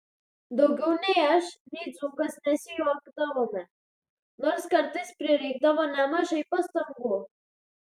daugiau nei aš nei dzūkas nesijuokdavome nors kartais prireikdavo nemažai pastangų